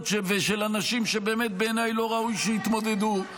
ושל אנשים שבאמת בעיניי לא ראוי שיתמודדו.